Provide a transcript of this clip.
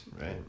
right